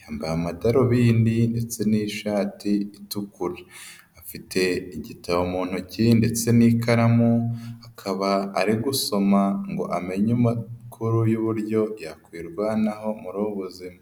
yambaye amadarubindi ndetse n'ishati itukura, afite igitabo mu ntoki ndetse n'ikaramu akaba ari gusoma ngo amenye amakuru y'uburyo yakwirwanaho muri ubu buzima.